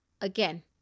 again